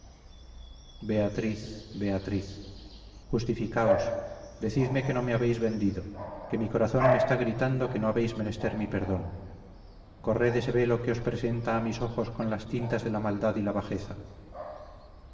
beatriz beatriz justificaos decidme que no me habéis vendido mi corazón me está gritando que no habéis menester mi perdón corred ese velo que os presenta a mis ojos con las tintas de la maldad y la bajeza